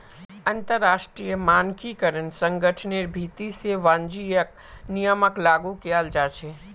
अंतरराष्ट्रीय मानकीकरण संगठनेर भीति से वाणिज्यिक नियमक लागू कियाल जा छे